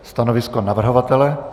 Stanovisko navrhovatele?